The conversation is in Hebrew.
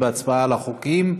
בהצבעה על החוקים.